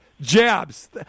Jabs